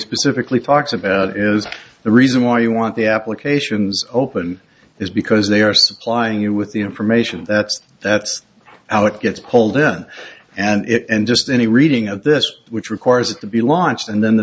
specifically talks about is the reason why you want the applications open is because they are supplying you with the information that's that's how it gets pulled in and it and just any reading of this which requires it to be launched and then the